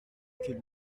que